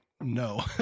no